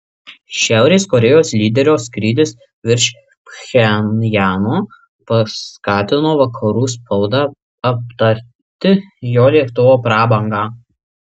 šiaurės korėjos lyderio skrydis virš pchenjano paskatino vakarų spaudą aptarti jo lėktuvo prabangą